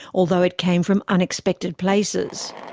although it came from unexpected places.